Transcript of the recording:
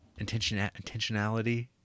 intentionality